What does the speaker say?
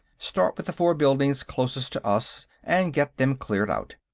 start with the four buildings closest to us, and get them cleared out.